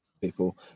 people